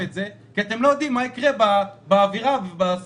את זה כי אתם לא יודעים מה יקרה בסביבה הפוליטית,